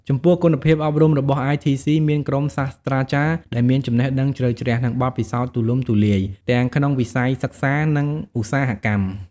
ចំពោះ គុណភាពអប់រំរបស់ITC មានក្រុមសាស្ត្រាចារ្យដែលមានចំណេះដឹងជ្រៅជ្រះ និងបទពិសោធន៍ទូលំទូលាយ ទាំងក្នុងវិស័យសិក្សា និងឧស្សាហកម្ម។